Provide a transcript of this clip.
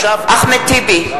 (קוראת בשמות חברי הכנסת) אחמד טיבי,